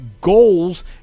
goals